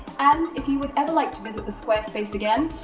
and if you would ever like to visit the squarespace again,